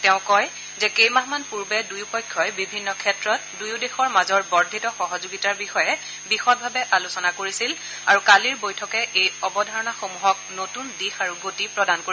তেওঁ কয় যে কেইমাহমান পূৰ্বে দুয়োপক্ষই বিভিন্ন ক্ষেত্ৰত দুয়ো দেশৰ মাজৰ বৰ্ধিত সহযোগিতাৰ বিষয়ে বিশদভাৱে আলোচনা কৰিছিল আৰু কালিৰ বৈঠকে এই অৱধাৰণাসমূহক নতুন দিশ আৰু গতি প্ৰদান কৰিব